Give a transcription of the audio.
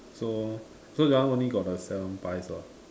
so so that one only got the seven pies lah